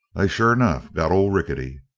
they sure enough got old rickety!